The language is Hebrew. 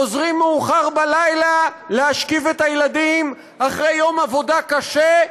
חוזרים מאוחר בלילה להשכיב את הילדים אחרי יום עבודה קשה,